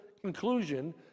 conclusion